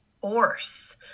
force